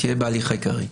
תהיה בהליך העיקרי.